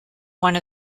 one